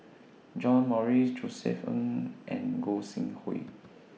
John Morrice Josef Ng and Gog Sing Hooi